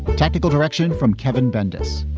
technical direction from kevin bendis.